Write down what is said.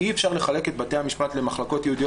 אי אפשר לחלק את בתי המשפט למחלקות ייעודיות,